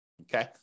Okay